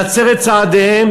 להצר את צעדיהם,